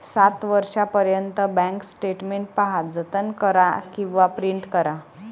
सात वर्षांपर्यंत bank statement पहा, जतन करा किंवा प्रिंट करा